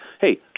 Hey